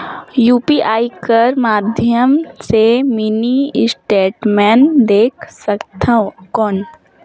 UPI कर माध्यम से मिनी स्टेटमेंट देख सकथव कौन?